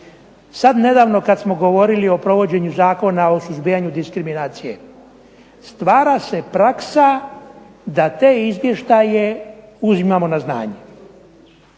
sada nedavno kada smo govorili o provođenju Zakona o suzbijanju diskriminacije, stvara se praksa da te izvještaje uzimamo na znanje